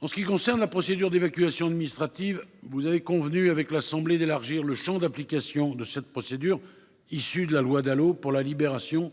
En ce qui concerne la procédure d'évacuation administrative vous avez convenu avec l'assemblée d'élargir le Champ d'application de cette procédure, issu de la loi Dalo pour la libération